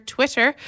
Twitter